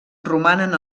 romanen